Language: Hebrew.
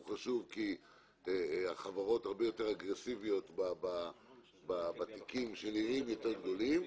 הוא חשוב כי החברות הרבה יותר אגרסיביות בתיקים שנראים גדולים יותר.